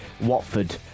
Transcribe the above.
Watford